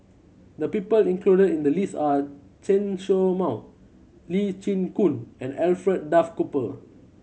the people included in the list are Chen Show Mao Lee Chin Koon and Alfred Duff Cooper